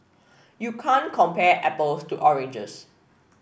you can't compare apples to oranges